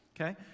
okay